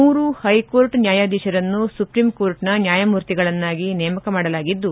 ಮೂರು ಹೈಕೋರ್ಟ್ ನ್ಯಾಯಾಧೀಶರನ್ನು ಸುಪ್ರೀಂ ಕೋರ್ಟ್ನ ನ್ಯಾಯಮೂರ್ತಿಗಳನ್ನಾಗಿ ನೇಮಕ ಮಾಡಿದ್ದು